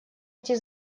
эти